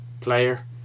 player